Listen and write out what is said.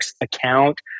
account